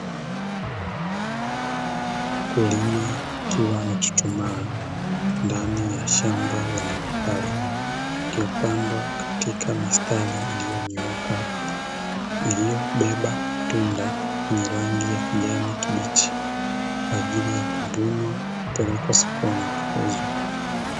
Mkulima akiwa amechuchumaa ndani ya shamba la mipapai iliyopandwa katika mistari iliyonyooka, iliyobeba matunda yenye rangi ya kijani kibichi; kwa ajili ya kuvunwa, kupelekwa sokoni kuuzwa.